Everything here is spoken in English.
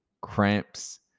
cramps